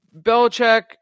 Belichick